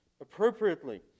appropriately